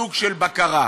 סוג של בקרה.